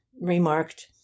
remarked